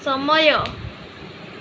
ସମୟ